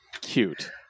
cute